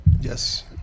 Yes